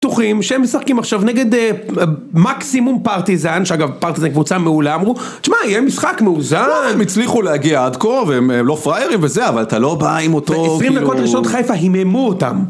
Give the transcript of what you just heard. בטוחים שהם משחקים עכשיו נגד, מקסימום פרטיזן, שאגב פרטיזן קבוצה מעולה אמרו. תשמע, יהיה משחק מאוזן - הם הצליחו להגיע עד כה והם לא פריירים וזה אבל אתה לא בא עם אותו... - עשרים דקות ראשונות חיפה היממו אותם